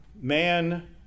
man